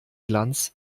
glanz